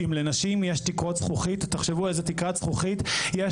אם לנשים יש תקרות זכוכית תחשבו איזה תקרת זכוכית יש